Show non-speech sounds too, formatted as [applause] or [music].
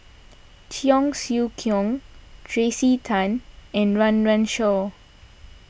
[noise] Cheong Siew Keong Tracey Tan and Run Run Shaw